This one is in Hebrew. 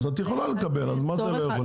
את יכולה לקבל, אז מה זה לא יכולים?